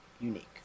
unique